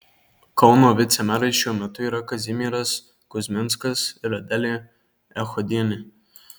kauno vicemerais šiuo metu yra kazimieras kuzminskas ir adelė echodienė